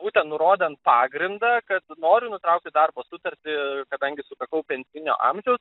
būtent nurodant pagrindą kad noriu nutraukti darbo sutartį kadangi sukakau pensijinio amžiaus